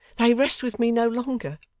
they rest with me no longer.